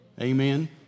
Amen